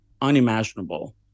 unimaginable